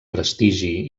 prestigi